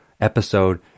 episode